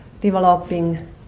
developing